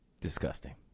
Disgusting